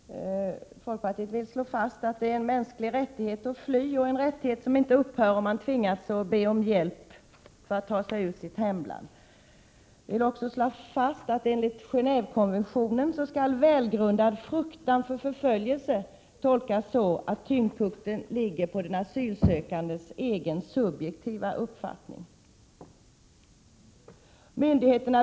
Fru talman! Folkpartiet vill slå fast att det är en mänsklig rättighet att fly, och en rättighet som inte upphör om man tvingas be om hjälp för att ta sig ur sitt hemland. Vi vill också slå fast att enligt Gen&vekonventionen ”välgrundad fruktan för förföljelse” skall tolkas så att tyngdpunkten ligger på den asylsökandes egen, subjektiva uppfattning.